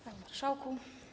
Panie Marszałku!